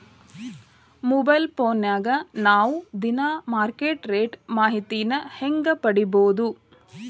Mobile ಫೋನ್ಯಾಗ ನಾವ್ ದಿನಾ ಮಾರುಕಟ್ಟೆ ರೇಟ್ ಮಾಹಿತಿನ ಹೆಂಗ್ ಪಡಿಬೋದು?